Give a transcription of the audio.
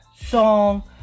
Song